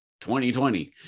2020